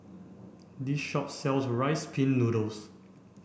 this shop sells Rice Pin Noodles